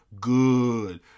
Good